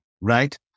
right